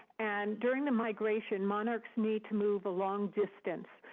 and during the migration monarchs need to move a long distance.